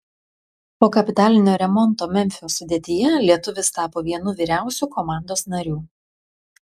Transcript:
po kapitalinio remonto memfio sudėtyje lietuvis tapo vienu vyriausių komandos narių